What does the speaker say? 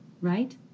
right